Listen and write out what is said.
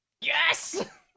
Yes